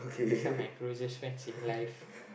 this are my closest friends in life